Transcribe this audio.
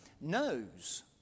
knows